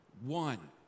one